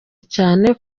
cyane